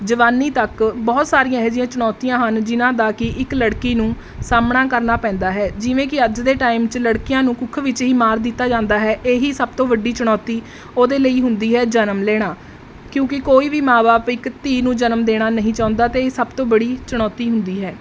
ਜਵਾਨੀ ਤੱਕ ਬਹੁਤ ਸਾਰੀਆਂ ਇਹੋ ਜਿਹੀਆਂ ਚੁਣੌਤੀਆਂ ਹਨ ਜਿਨ੍ਹਾਂ ਦਾ ਕਿ ਇੱਕ ਲੜਕੀ ਨੂੰ ਸਾਹਮਣਾ ਕਰਨਾ ਪੈਂਦਾ ਹੈ ਜਿਵੇਂ ਕਿ ਅੱਜ ਦੇ ਟਾਈਮ 'ਚ ਲੜਕੀਆਂ ਨੂੰ ਕੁੱਖ ਵਿੱਚ ਹੀ ਮਾਰ ਦਿੱਤਾ ਜਾਂਦਾ ਹੈ ਇਹੀ ਸਭ ਤੋਂ ਵੱਡੀ ਚੁਣੌਤੀ ਉਹਦੇ ਲਈ ਹੁੰਦੀ ਹੈ ਜਨਮ ਲੈਣਾ ਕਿਉਂਕਿ ਕੋਈ ਵੀ ਮਾਂ ਬਾਪ ਇੱਕ ਧੀ ਨੂੰ ਜਨਮ ਦੇਣਾ ਨਹੀਂ ਚਾਹੁੰਦਾ ਅਤੇ ਇਹ ਸਭ ਤੋਂ ਬੜੀ ਚੁਣੌਤੀ ਹੁੰਦੀ ਹੈ